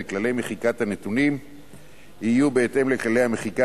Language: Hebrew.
וכללי מחיקת הנתונים יהיו בהתאם לכללי המחיקה